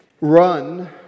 run